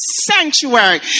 sanctuary